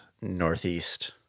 Northeast